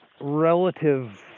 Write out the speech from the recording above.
relative